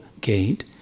gate